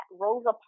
Rosa